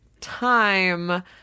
time